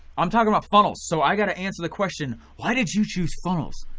i'm talking about funnels so i gotta answer the question why did you choose funnels?